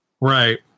Right